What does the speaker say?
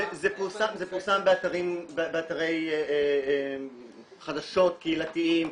זה פורסם באתרי חדשות קהילתיים,